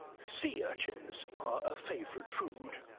sea urchins are a favorite food.